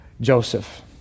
joseph